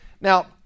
Now